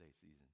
season